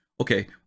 okay